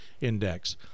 index